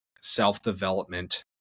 self-development